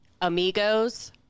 amigos